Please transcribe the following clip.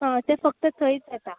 हां तें फक्त थंयच येता